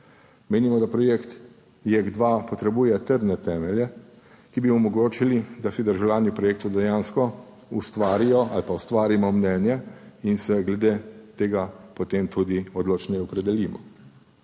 Menimo, da projektih JEK2 potrebuje trdne temelje, ki bi omogočili, da si državljani projekt dejansko ustvarijo ali pa ustvarimo mnenje in se glede tega potem tudi odločneje opredelimo.